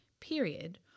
period